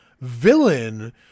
villain